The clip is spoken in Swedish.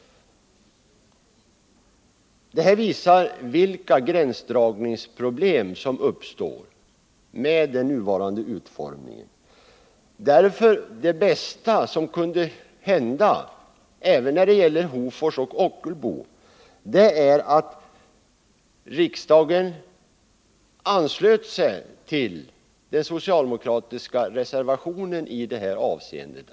Detta visar vilka gränsdragningsproblem som uppstår med den nuvarande utformningen av förslaget. Det bästa som kunde hända beträffande Hofors och Ockelbo skulle vara att riksdagen anslöt sig till den socialdemokratiska reservationen 1.